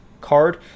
card